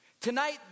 Tonight